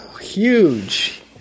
huge